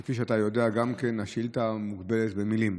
כפי שאתה יודע, השאילתה מוגבלת במילים,